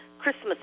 Christmas